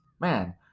Man